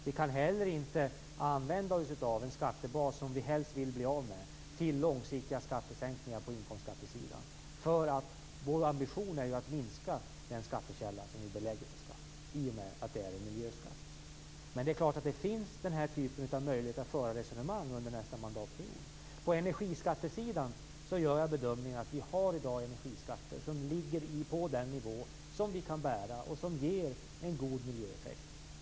Vi kan heller inte använda oss av en skattebas som vi helst vill bli av med till långsiktiga skattesänkningar på inkomstskattesidan, eftersom vår ambition, i och med att det är en miljöskatt, är att minska den skattekälla som vi belägger med skatt. Det är klart att det ändå finns en möjlighet att föra den här typen av resonemang under nästa mandatperiod. På energiskattesidan gör jag bedömningen att vi i dag har skatter som ligger på en nivå som vi kan bära och som ger en god miljöeffekt.